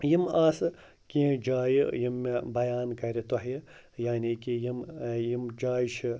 یِم آسہٕ کیٚنٛہہ جایہِ یِم مےٚ بیان کَرِ تۄہہِ یعنی کہِ یِم یِم جایہِ چھِ